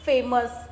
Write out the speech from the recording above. Famous